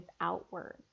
outward